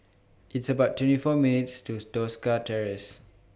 It's about twenty four minutes' to Tosca Terrace